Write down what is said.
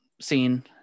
scene